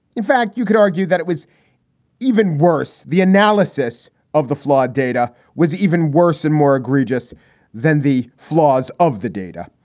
in fact, you could argue that it was even worse. the analysis of the flawed data was even worse and more egregious than the flaws of the data.